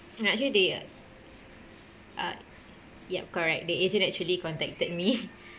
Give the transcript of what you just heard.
actually they uh yup correct the agent actually contacted me